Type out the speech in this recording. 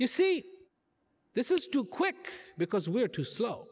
you see this is too quick because we're too slow